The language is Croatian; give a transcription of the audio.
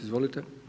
Izvolite.